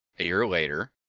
a year later,